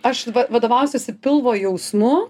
aš va vadovausiuosi pilvo jausmu